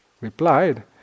replied